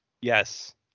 Yes